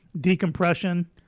decompression